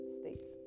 states